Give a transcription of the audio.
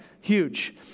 Huge